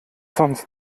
sonst